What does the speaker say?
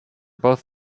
both